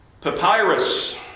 Papyrus